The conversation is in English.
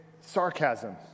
sarcasm